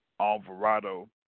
Alvarado